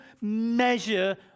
measure